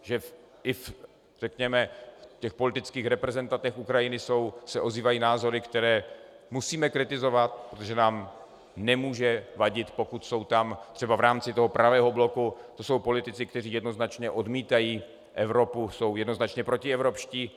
Že i, řekněme, v těch politických reprezentantech Ukrajiny se ozývají názory, které musíme kritizovat, protože nám nemůže vadit , pokud jsou tam třeba v rámci Pravého bloku, to jsou politici, kteří jednoznačně odmítají Evropu, jsou jednoznačně protievropští.